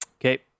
Okay